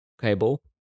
cable